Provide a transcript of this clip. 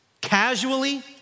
casually